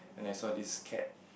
and I saw this cat